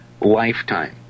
lifetime